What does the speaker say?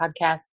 podcast